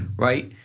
right?